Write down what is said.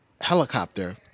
helicopter